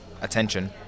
attention